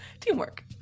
teamwork